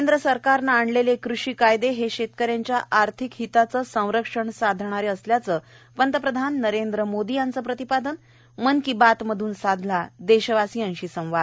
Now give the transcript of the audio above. केंद्र सरकारनं आणलेले कृषी कायदे हे शेतकऱ्यांच्या आर्धिक हिताचं संरक्षण साधणारे असल्याच पंतप्रधान नरेंद्र मोदी यांचं प्रतिपादन मन की बात मधून साधला देशवासीयांशी संवाद